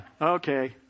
Okay